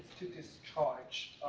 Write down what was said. to discharge.